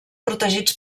protegits